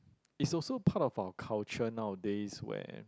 is also part of our culture nowadays where